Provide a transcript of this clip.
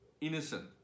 innocent